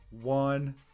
one